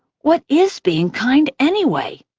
what is being kind, anyway?